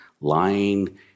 lying